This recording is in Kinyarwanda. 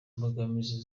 imbogamizi